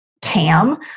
TAM